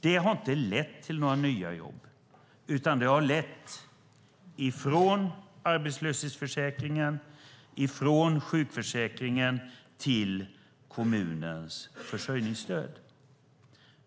Det har inte lett till några nya jobb, utan det har lett till att människor flyttas från arbetslöshetsförsäkringen och sjukförsäkringen till kommunens försörjningsstöd.